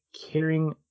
caring